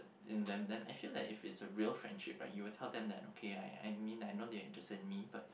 in them then I feel that if it's a real friendship right you will tell them that okay I I mean I know you are interested in me but